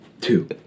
two